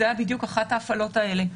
זו הייתה בדיוק אחת ההפעלות האלה,